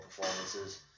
performances